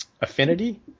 affinity